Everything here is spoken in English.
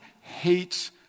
hates